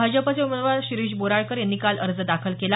भाजपचे उमेदवार शिरीष बोराळकर यांनी काल अर्ज दाखल केला